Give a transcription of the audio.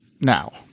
now